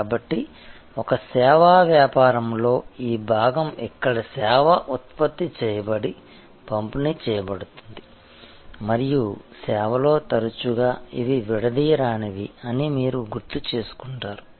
కాబట్టి ఒక సేవా వ్యాపారంలో ఈ భాగం ఇక్కడ సేవ ఉత్పత్తి చేయబడి పంపిణీ చేయబడుతుంది మరియు సేవలో తరచుగా అవి విడదీయరానివి అని మీరు గుర్తుచేసుకుంటారు